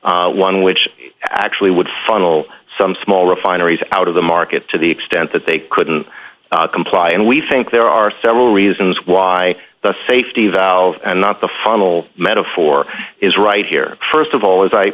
l one which actually would funnel some small refineries out of the market to the extent that they couldn't comply and we think there are several reasons why the safety valve and not the funnel metaphor is right here st of all as i